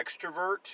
extrovert